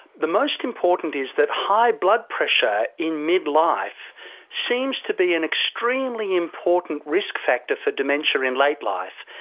the most important is that high blood pressure in midlife seems to be an extremely important risk factor for dementia in late life.